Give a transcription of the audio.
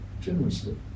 generously